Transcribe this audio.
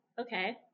okay